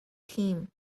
team